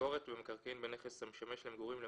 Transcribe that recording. ביקורת במקרקעין בנכס המשמש למגורים,